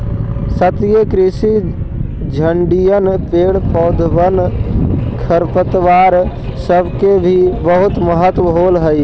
सतत कृषि में झड़िअन, पेड़ पौधबन, खरपतवार सब के भी बहुत महत्व होब हई